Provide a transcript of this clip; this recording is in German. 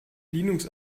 linux